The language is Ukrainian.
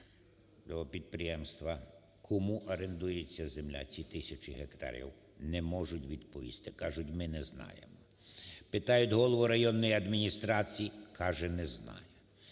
кому орендується ця земля ці тисячі гектарів не можуть відповісти, кажуть, ми не знаємо. Питають голову районної адміністрації, каже, не знаю.